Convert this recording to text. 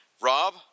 Rob